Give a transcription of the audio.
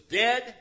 dead